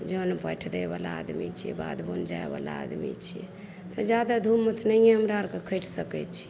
जन पैठ दै बला आदमी छियै बाध बन जाइ बला आदमी छियै तऽ जादा धूपमे तऽ नहिए हमरा आरके खटि सकैत छियै